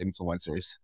influencers